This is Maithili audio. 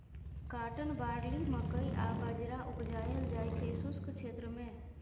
काँटन, बार्ली, मकइ आ बजरा उपजाएल जाइ छै शुष्क क्षेत्र मे